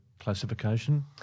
classification